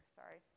sorry